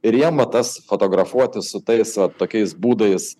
ir jiem vat tas fotografuotis su tais va tokiais būdais